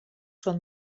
són